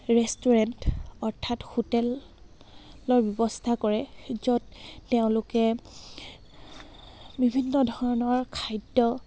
restaurant অৰ্থাৎ হোটেলৰ ব্যৱস্থা কৰে য'ত তেওঁলোকে বিভিন্ন ধৰণৰ খাদ্য